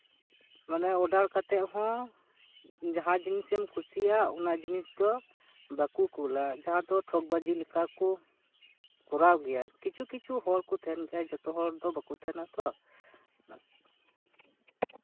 ᱢᱟᱱᱮ ᱚᱰᱟᱨ ᱠᱟᱛᱮ ᱦᱚᱸ ᱡᱟᱦᱟᱸ ᱡᱤᱱᱤᱥᱮᱢ ᱠᱩᱥᱤᱭᱟᱜᱼᱟ ᱚᱱᱟ ᱡᱤᱱᱤᱥ ᱫᱚ ᱵᱟᱠᱚ ᱠᱩᱞᱟ ᱡᱟᱦᱟᱸ ᱫᱚ ᱴᱷᱚᱠᱵᱟᱡᱤ ᱞᱮᱠᱟ ᱠᱚ ᱠᱚᱨᱟᱣ ᱜᱮᱭᱟ ᱠᱤᱪᱷᱩᱼᱠᱤᱪᱷᱩ ᱦᱚᱲ ᱠᱚ ᱛᱟᱦᱮᱱ ᱜᱮᱭᱟ ᱡᱷᱚᱛᱚ ᱦᱚᱲ ᱫᱚ ᱵᱟᱠᱚ ᱛᱟᱦᱮᱸᱱᱟᱛᱚ